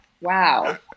Wow